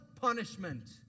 punishment